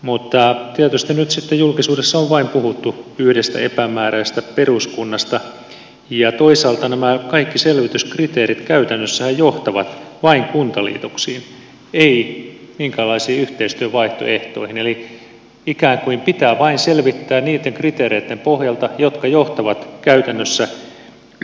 mutta tietysti nyt sitten julkisuudessa on puhuttu vain yhdestä epämääräisestä peruskunnasta ja toisaaltahan nämä kaikki selvityskriteerit käytännössä johtavat vain kuntaliitoksiin eivät minkäänlaisiin yhteistyövaihtoehtoihin eli ikään kuin pitää selvittää vain niitten kriteereitten pohjalta jotka johtavat käytännössä kuntaliitokseen